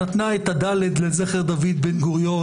היא נתנה את הדל"ת לזכר דוד בן גוריון,